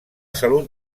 salut